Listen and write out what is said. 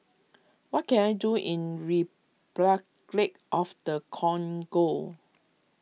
what can I do in Repuclic of the Congo